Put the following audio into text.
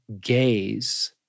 gaze